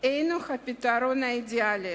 אינה הפתרון האידיאלי.